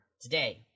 today